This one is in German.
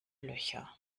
löcher